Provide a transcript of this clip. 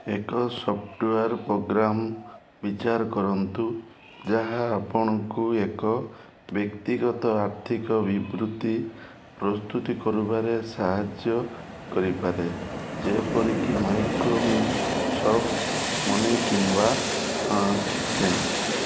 ଏକ software program ବିଚାର କରନ୍ତୁ ଯାହା ଆପଣଙ୍କୁ ଏକ ବ୍ୟକ୍ତିଗତ ଆର୍ଥିକ ବିବୃତ୍ତି ପ୍ରସ୍ତୁତି କରିବାରେ ସାହାଯ୍ୟ କରିପାରେ ଯେପରିକି ମାଇକ୍ରୋସଫ୍ଟ ମନି କିମ୍ୱା